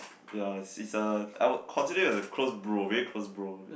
ya is a I would consider it a close bro very close bro